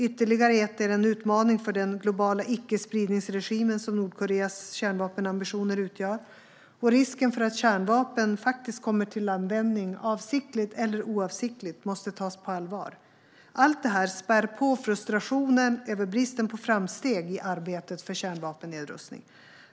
Ytterligare ett är den utmaning för den globala icke-spridningsregimen som Nordkoreas kärnvapenambitioner utgör. Risken för att kärnvapen faktiskt kommer till användning - avsiktligt eller oavsiktligt - måste tas på allvar. Allt detta spär på frustrationen över bristen på framsteg i arbetet för kärnvapennedrustning.